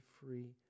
free